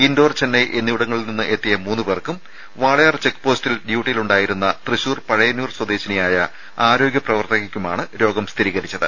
indoor Chennai എന്നിവിടങ്ങളിൽ നിന്ന് എത്തിയ മൂന്ന് പേർക്കും വാളയാർ ചെക്പോസ്റ്റിൽ ഡ്യൂട്ടിയിലുണ്ടായിരുന്ന തൃശൂർ പഴയന്നൂർ സ്വദേശിനിയായ ആരോഗ്യപ്രവർത്തകയ്ക്കുമാണ് രോഗം സ്ഥിരീകരിച്ചത്